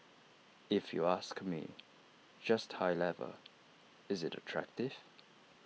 if you ask me just high level is IT attractive